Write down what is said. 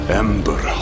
ember